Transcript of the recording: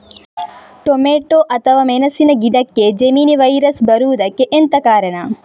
Tomato ಅಥವಾ ಮೆಣಸಿನ ಗಿಡಕ್ಕೆ ಜೆಮಿನಿ ವೈರಸ್ ಬರುವುದಕ್ಕೆ ಎಂತ ಕಾರಣ?